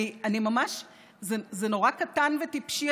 זה נורא קטן וטיפשי,